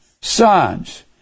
sons